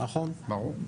ברור.